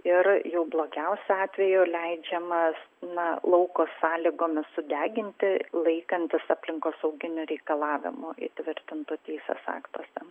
ir jau blogiausiu atveju leidžiamas na lauko sąlygomis sudeginti laikantis aplinkosauginių reikalavimų įtvirtintų teisės aktuose